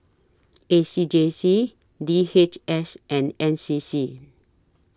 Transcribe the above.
A C J C D H S and N C C